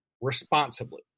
responsibly